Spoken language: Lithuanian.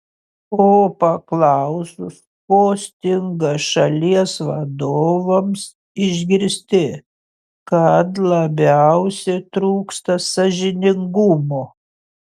o paklausus ko stinga šalies vadovams išgirsti kad labiausiai trūksta sąžiningumo